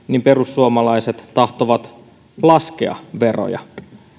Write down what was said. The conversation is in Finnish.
perussuomalaiset tahtovat laskea veroja